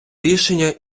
рішення